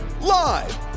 Live